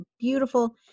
beautiful